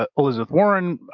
ah elizabeth warren,